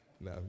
No